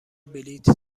بلیط